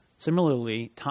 Similarly